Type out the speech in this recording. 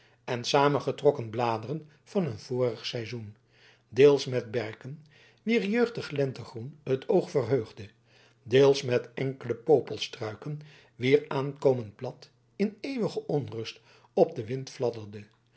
en saamgetrokken bladeren van een vorig seizoen deels met berken wier jeugdig lentegroen het oog verheugde deels met enkele popelstruiken wier aankomend blad in eeuwige onrust op den wind